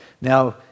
Now